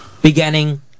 Beginning